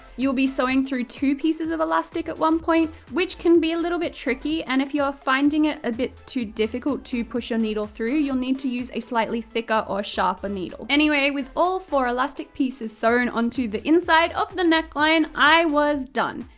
you'll be sewing through two pieces of elastic at one point, which can be a little bit tricky and if you're finding it a bit too difficult to push your needle through you'll need to use a slightly thicker or sharper needle. anyway, with all four elastic pieces sewn on to the inside of the neckline i was done!